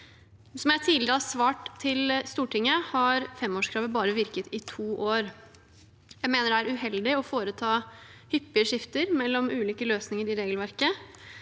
Som jeg tidligere har svart til Stortinget, har femårskravet bare virket i to år. Jeg mener det er uheldig å foreta hyppige skifter mellom ulike løsninger i regelverket.